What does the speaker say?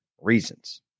reasons